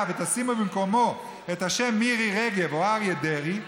ותשימו במקומו את השם 'מירי רגב' או 'אריה דרעי',